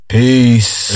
Peace